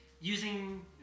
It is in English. using